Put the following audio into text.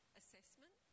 assessment